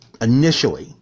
initially